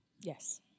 Yes